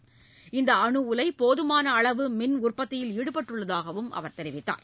அந்தஅனுஉலைபோதுமானஅளவு மின்உற்பத்தியில் ஈடுபட்டுள்ளதாகவும் அவர் தெரிவித்தார்